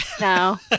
no